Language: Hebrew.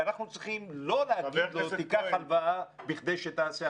ואנחנו צריכים לא להגיד לו: תיקח הלוואה כדי שתעשה,